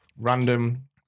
random